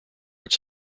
its